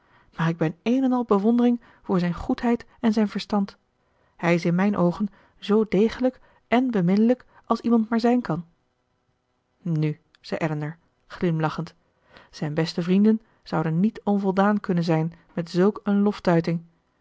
maar ik ben één en al bewondering voor zijn goedheid en zijn verstand hij is in mijn oogen zoo degelijk èn beminnelijk als iemand maar zijn kan nu zei elinor glimlachend zijn beste vrienden zouden niet onvoldaan kunnen zijn met zulk een